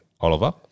Oliver